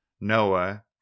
Noah